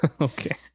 Okay